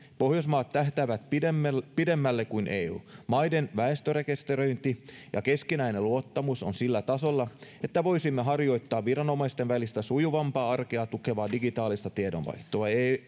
pohjoismaat tähtäävät pidemmälle kuin eu maiden väestörekisteröinti ja keskinäinen luottamus ovat sillä tasolla että voisimme harjoittaa viranomaisten välistä sujuvampaa arkea tukevaa digitaalista tiedonvaihtoa